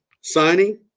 signing